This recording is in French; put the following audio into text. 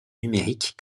numériques